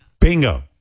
Bingo